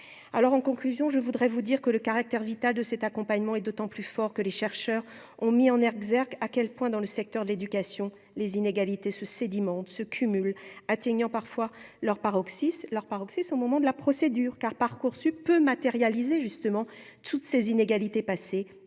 alors en conclusion, je voudrais vous dire que le caractère vital de cet accompagnement et d'autant plus fort que les chercheurs ont mis en Herzberg à quel point dans le secteur de l'éducation, les inégalités ce sédiment de ce cumul atteignant parfois leur paroxysme leur paroxysme au moment de la procédure car Parcoursup matérialiser justement toutes ces inégalités passé